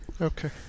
Okay